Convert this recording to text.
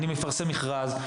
אני מפרסם מכרז,